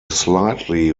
slightly